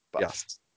yes